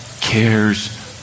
cares